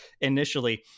Initially